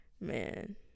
Man